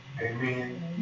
Amen